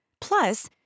Plus